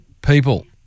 People